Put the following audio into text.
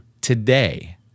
today